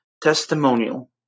testimonial